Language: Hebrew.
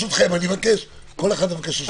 ברשותכם, אני מבקש שכל אחד יבקש רשות דיבור.